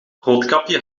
roodkapje